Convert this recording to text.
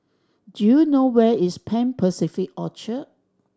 do you know where is Pan Pacific Orchard